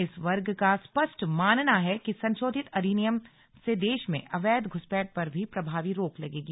इस वर्ग का स्पष्ट मानना है कि संशोधित अधिनियम से देश में अवैध घुसपैठ पर भी प्रभावी रोक लगेगी